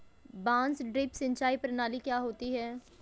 बांस ड्रिप सिंचाई प्रणाली क्या होती है?